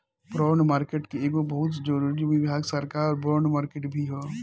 bond market के एगो बहुत जरूरी विभाग सरकार बॉन्ड मार्केट भी ह